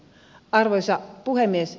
arvoisa puhemies